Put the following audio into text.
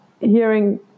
hearing